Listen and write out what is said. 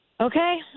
Okay